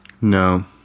No